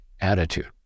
attitude